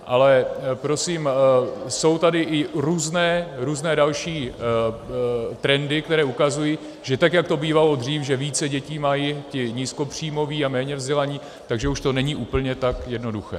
Ale prosím, jsou tady i různé další trendy, které ukazují, že tak jak to bývalo dřív, že více dětí mají ti nízkopříjmoví a méně vzdělaní, tak že už to není úplně tak jednoduché.